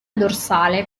dorsale